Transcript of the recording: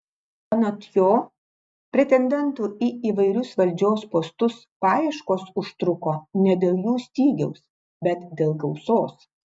anot jo pretendentų į įvairius valdžios postus paieškos užtruko ne dėl jų stygiaus bet dėl gausos